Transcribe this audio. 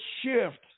shift